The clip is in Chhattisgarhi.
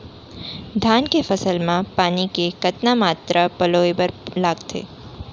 धान के फसल म पानी के कतना मात्रा पलोय बर लागथे?